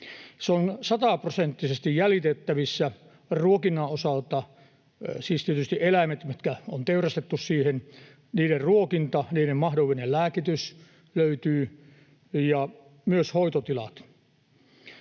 Se on sataprosenttisesti jäljitettävissä ruokinnan osalta, siis tietysti eläimet, mitkä on teurastettu, niiden ruokinta, niiden mahdollinen lääkitys löytyy ja myös hoitotilat.